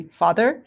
father